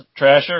Trasher